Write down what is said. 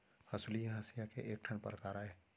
हँसुली ह हँसिया के एक ठन परकार अय